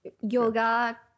Yoga